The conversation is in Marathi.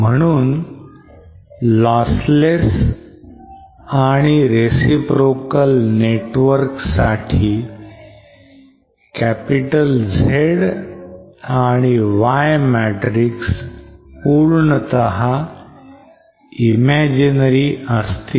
म्हणून lossless आणि reciprocal network साठी Z आणि Y matrix पूर्णतः imaginary असतील